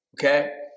Okay